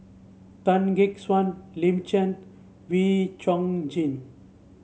Tan Gek Suan Lin Chen Wee Chong Jin